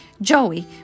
Joey